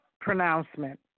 pronouncement